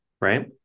right